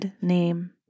name